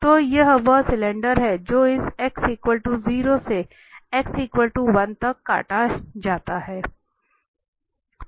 तो यह वह सिलेंडर है जो इस x 0 से x 1 तक काटा जाता है